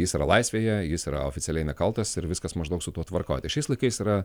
jis yra laisvėje jis yra oficialiai nekaltas ir viskas maždaug su tuo tvarkoj tai šiais laikais yra